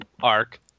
arc